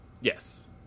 Yes